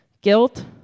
guilt